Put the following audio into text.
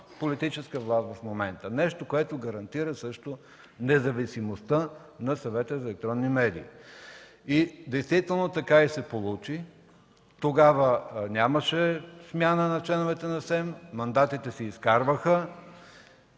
политическа власт в момента – нещо, което също гарантира независимостта на Съвета за електронни медии. Действително се получи така. Тогава нямаше смяна на членовете на СЕМ, мандатите се изкарваха.